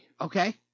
okay